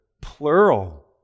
plural